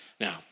Now